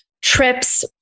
trips